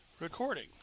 recording